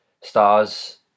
stars